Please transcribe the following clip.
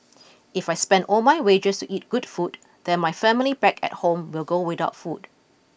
if I spend all my wages to eat good food then my family back at home will go without food